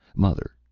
mother,